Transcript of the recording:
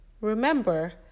remember